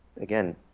again